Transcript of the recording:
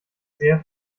sehr